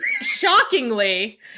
shockingly